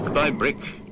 by brick,